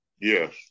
Yes